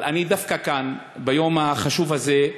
אבל דווקא כאן, ביום החשוב הזה,